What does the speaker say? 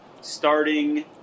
starting